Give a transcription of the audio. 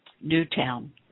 Newtown